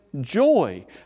joy